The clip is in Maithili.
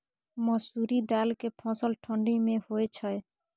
मसुरि दाल के फसल ठंडी मे होय छै?